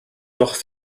noch